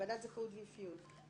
ועדת זכאות ואפיון,